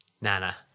Nana